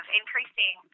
increasing